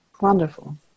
Wonderful